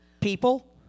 people